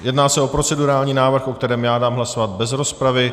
Jedná se o procedurální návrh, o kterém dám hlasovat bez rozpravy.